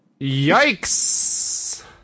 Yikes